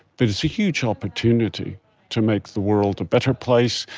but it's a huge opportunity to make the world a better place,